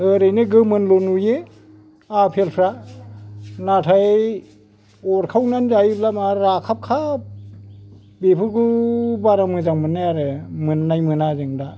ओरैनो गोमोनल' नुयो आफेलफ्रा नाथाय अरखावनानै जायोब्ला माबा राखाब खाब बेफोरखौ बारा मोजां मोननाय आरो मोननाय मोना जों दा